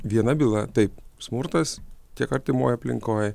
viena byla taip smurtas tiek artimoj aplinkoj